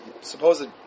supposed